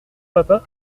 papa